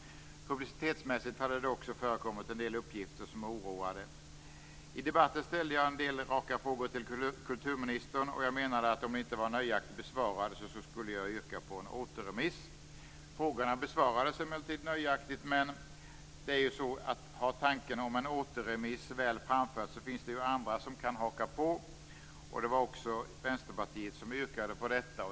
Publicitetsmässigt hade det också förekommit en del uppgifter som oroade. I debatten ställde jag en del raka frågor till kulturministern, och jag menade att om de inte var nöjaktigt bevarade skulle jag yrka på en återremiss. Frågorna besvarades emellertid nöjaktigt, men har tanken om en återremiss väl framförts finns det ju andra som kan haka på. Det var också Vänsterpartiet som yrkade på detta.